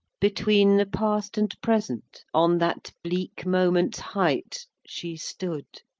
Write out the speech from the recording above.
between the past and present, on that bleak moment's height, she stood.